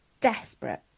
desperate